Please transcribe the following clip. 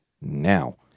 now